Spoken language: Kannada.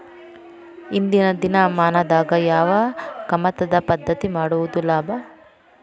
ಇಂದಿನ ದಿನಮಾನದಾಗ ಯಾವ ಕಮತದ ಪದ್ಧತಿ ಮಾಡುದ ಲಾಭ?